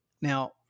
Now